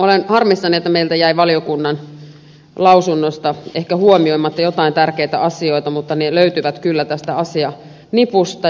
olen harmissani että meiltä jäi valiokunnan lausunnosta ehkä huomioimatta joitain tärkeitä asioita mutta ne löytyvät kyllä tästä asianipusta